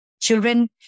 children